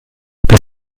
wir